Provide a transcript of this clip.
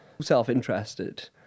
self-interested